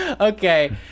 Okay